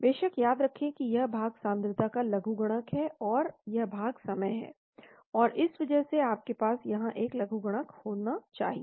बेशक याद रखें कि यह भाग सांद्रता का लघुगणक है और यह भाग समय है और इस वजह से आपके पास यहां एक लघुगणक होना चाहिए